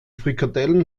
frikadellen